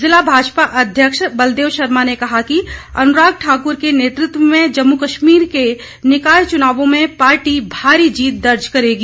ज़िला भाजपा अध्यक्ष बलदेव शर्मा ने कहा कि अनुराग ठाकुर के नेतृत्व में जम्मू कश्मीर के निकाय चुनावों में पार्टी भारी जीत दर्ज करेगी